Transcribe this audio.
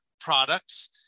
products